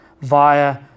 via